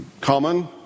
common